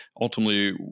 ultimately